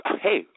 hey